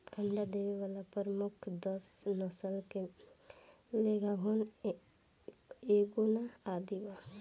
अंडा देवे वाला प्रमुख दस नस्ल में लेघोर्न, एंकोना आदि बा